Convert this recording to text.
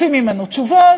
רוצים ממנו תשובות,